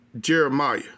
Jeremiah